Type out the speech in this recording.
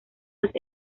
los